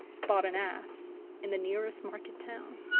bought an ass in the nearest market-town,